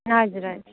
हजुर हजुर